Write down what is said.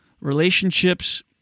relationships